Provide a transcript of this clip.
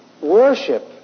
Worship